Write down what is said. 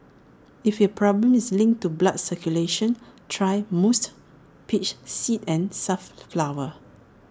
if your problem is linked to blood circulation try musk peach seed and safflower